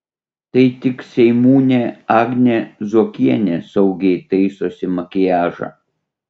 tai tik seimūnė agnė zuokienė saugiai taisosi makiažą